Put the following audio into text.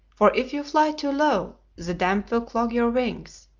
for if you fly too low the damp will clog your wings,